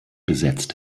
besetzt